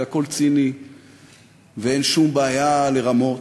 והכול ציני ואין שום בעיה לרמות.